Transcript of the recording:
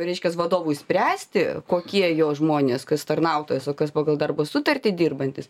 reiškias vadovui spręsti kokie jo žmonės kas tarnautojas o kas pagal darbo sutartį dirbantis